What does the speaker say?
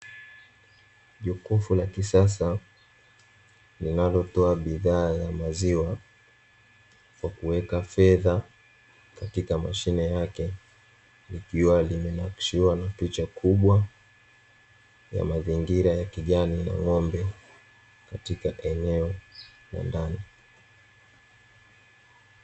Jokofu la kisasa linalotoa bidhaa ya maziwa kwa kuweka fedha katika mashine yake, likiwa limenakshiwa na picha kubwa ya mazingira ya kijani na ng`ombe katika eneo la ndani.